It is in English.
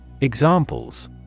Examples